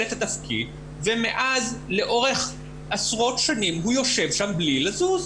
את התפקיד ומאז לאורך עשרות שנים הוא יושב שם בלי לזוז.